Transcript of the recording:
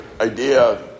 idea